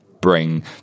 bring